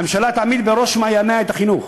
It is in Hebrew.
הממשלה תעמיד בראש מעייניה את החינוך."